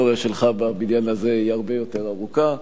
ההיסטוריה שלך בעניין הזה היא הרבה יותר ארוכה.